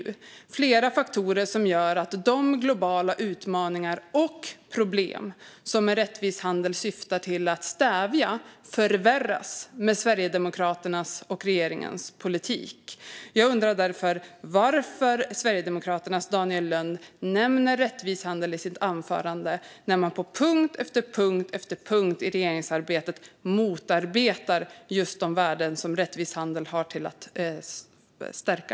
Det här är flera faktorer som gör att de globala utmaningar och problem som rättvis handel syftar till att stävja förvärras med Sverigedemokraternas och regeringens politik. Varför nämner Sverigedemokraternas Daniel Lönn rättvis handel i sitt anförande när man på punkt efter punkt i regeringsarbetet motarbetar de värden som rättvis handel ska stärka?